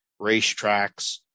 racetracks